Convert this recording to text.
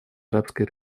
арабской